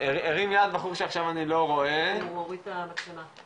עד עכשיו בוועדה, אני מרגיש שיש פה